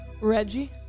Reggie